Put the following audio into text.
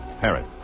Parrot